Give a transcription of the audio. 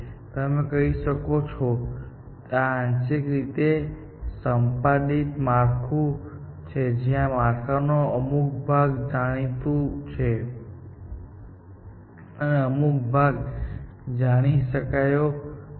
તમે કહી શકો છો કે આ આંશિક રીતે સંપાદિત માળખું છે જ્યાં માળખાનો અમુક ભાગ જાણીતું છે અને અમુક ભાગ જાણી શકાયો નથી